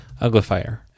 uglifier